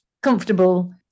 comfortable